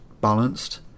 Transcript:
balanced